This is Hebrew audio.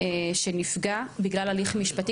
שנפגע בגלל הליך משפטי.